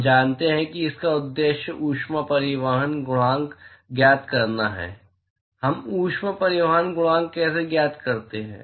हम जानते हैं कि इसका उद्देश्य ऊष्मा परिवहन गुणांक ज्ञात करना है हम ऊष्मा परिवहन गुणांक कैसे ज्ञात करते हैं